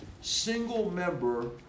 single-member